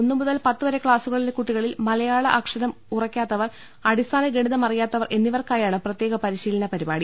ഒന്ന് മുതൽ പത്ത് വരെ ക്ലാസുകളിലെ കുട്ടികളിൽ മലയാള അക്ഷരം ഉറക്കാത്തവർ അടിസ്ഥാന ഗണിതം അറിയാത്തവർ എന്നി വർക്കായാണ് പ്രത്യേക പരിശീലന പരിപാടി